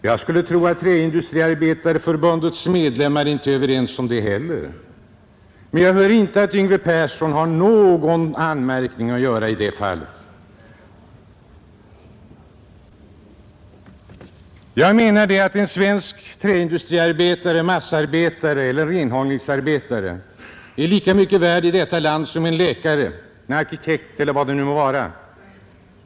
Jag skulle tro att Träindustriarbetareförbundets medlemmar inte tycker om det heller, men jag har inte hört herr Yngve Persson göra någon anmärkning i det fallet. Jag menar att en svensk träindustriarbetare, massafabriksarbetare eller renhållningsarbetare är lika mycket värd som en läkare, arkitekt eller vilket yrke det än må gälla.